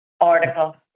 article